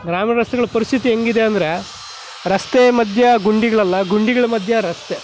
ಗ್ರಾಮೀಣ ರಸ್ತೆಗಳ ಪರಿಸ್ಥಿತಿ ಹೇಗಿದೆ ಅಂದರೆ ರಸ್ತೆ ಮಧ್ಯೆ ಗುಂಡಿಗಳಲ್ಲ ಗುಂಡಿಗಳ ಮಧ್ಯ ರಸ್ತೆ